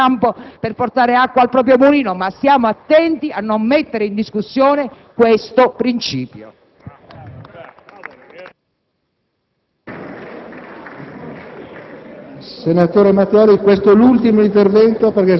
Qualcuno la pensa in un modo, qualcuno in un altro, ma stiamo attenti a non costituire, con la discussione di oggi, un pericoloso, direi devastante precedente, su una questione che interessa la scienza costituzionalista